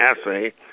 essay